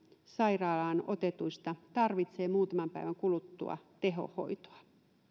sairaalaan otetuista tarvitsee muutaman päivän kuluttua tehohoitoa